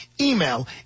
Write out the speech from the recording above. email